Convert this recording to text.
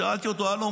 ושאלתי אותו: הלו,